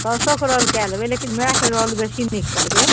साउसोके role कए लेबै लेकिन माएके रोल बेसी नीक करबै